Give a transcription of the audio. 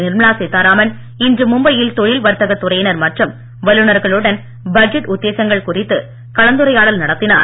நிர்மலா சீத்தாராமன் இன்று மும்பை யில் தொழில் வர்த்தகத் துறையினர் மற்றும் வல்லுனர்களுடன் பட்ஜெட் உத்தேசங்கள் குறித்து கலந்துரையாடல் நடத்தினார்